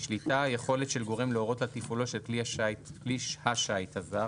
"שליטה" היכולת של גורם להורות על תפעולו של כלי השיט הזר,